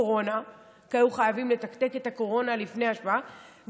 זה קורונה כי היו חייבים לתקתק את הקורונה לפני ההשבעה,